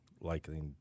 likely